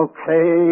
Okay